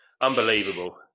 Unbelievable